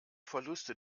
verluste